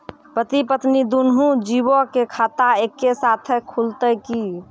पति पत्नी दुनहु जीबो के खाता एक्के साथै खुलते की?